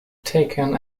taken